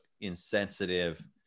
insensitive